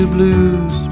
Blues